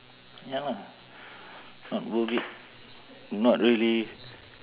ya lah not worth it not worth it